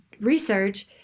research